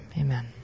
amen